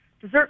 dessert